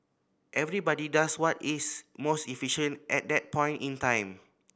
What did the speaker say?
everybody does what is most efficient at that point in time